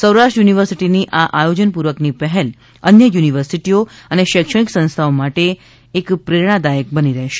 સૌરાષ્ટ્ર યુનિવર્સિટીની આ આયોજનપૂર્વકની પહેલ અન્ય યુનિવર્સિટીઓ અને શૈક્ષણિક સંસ્થાઓ માટે ચોક્કસ દાખલારૂપ અને પ્રેરણાદાયક બની રહેશે